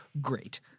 Great